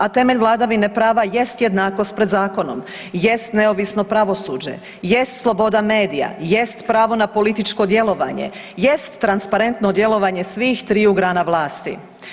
A temelj vladavine prava jest jednakost pred zakonom, jest neovisno pravosuđe, jest sloboda medija, jest pravo na političko djelovanje, jest transparentno djelovanje svih triju grana vlasti.